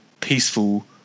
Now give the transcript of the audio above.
peaceful